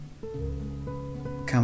come